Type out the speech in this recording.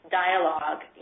dialogue